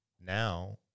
Now